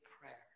prayer